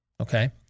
Okay